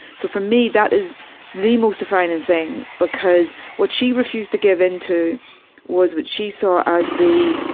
so for me that is the most defining thing, because what she refused to give into was what she saw as the,